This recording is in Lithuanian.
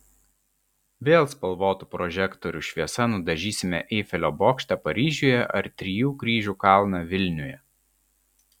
vėl spalvotų prožektorių šviesa nudažysime eifelio bokštą paryžiuje ar trijų kryžių kalną vilniuje